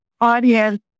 audience